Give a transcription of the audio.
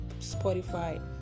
Spotify